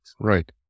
Right